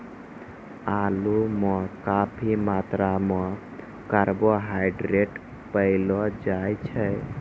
आलू म काफी मात्रा म कार्बोहाइड्रेट पयलो जाय छै